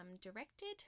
directed